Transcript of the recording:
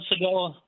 ago